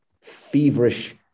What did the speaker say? feverish